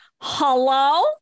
Hello